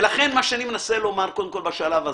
ולכן מה שאני מנסה לומר קודם כול בשלב הזה,